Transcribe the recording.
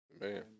Man